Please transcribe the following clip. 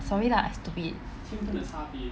sorry lah I stupid